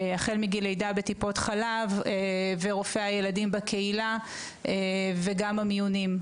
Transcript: החל מגיל לידה בטיפות חלב ורופא הילדים בקהילה וגם המיונים.